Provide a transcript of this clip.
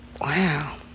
wow